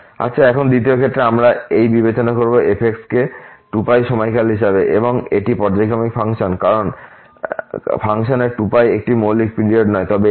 আচ্ছা এখন দ্বিতীয় ক্ষেত্রে আমরা এই বিবেচনা করব f কে 2πসময়কাল হিসাবেএকটি পর্যায়ক্রমিক ফাংশন কারণ ফাংশনের 2π একটি মৌলিক পিরিয়ড নয় তবে এটি